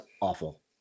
awful